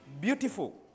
beautiful